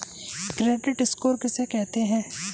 Credit score किसे कहते हैं?